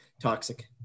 toxic